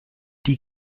die